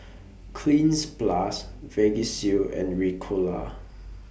Cleanz Plus Vagisil and Ricola